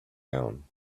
down